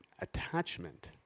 attachment